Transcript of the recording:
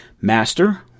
Master